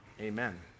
Amen